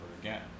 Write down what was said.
again